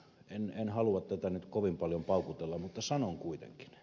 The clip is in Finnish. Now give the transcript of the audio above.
en halua nyt tätä kovin paljon paukutella mutta sanon kuitenkin